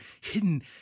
hidden